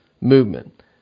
movement